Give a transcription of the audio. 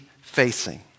facing